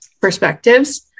perspectives